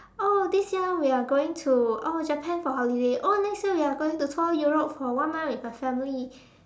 oh this year we are going to oh Japan for holiday oh next year we are going to tour Europe for one month with the family